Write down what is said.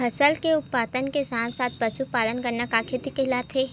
फसल के उत्पादन के साथ साथ पशुपालन करना का खेती कहलाथे?